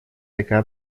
такая